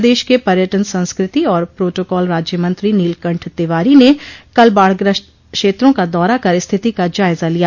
प्रदेश के पर्यटन संस्कृति और प्रोटोकाल राज्यमंत्री नीलकंठ तिवारी ने कल बाढ़ग्रस्त क्षेत्रों का दौरा कर स्थिति का जायजा लिया